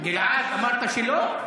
גלעד, אמרת שלא?